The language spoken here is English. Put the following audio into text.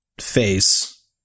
face